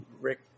Rick